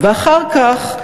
ואחר כך,